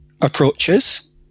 approaches